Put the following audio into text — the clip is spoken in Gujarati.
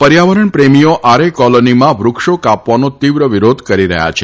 પર્યાવરણ પ્રેમીઓ આરે કોલોનીમાં વૃક્ષો કાપવાનો તિવ્ર વિરોધ કરી રહ્યા છે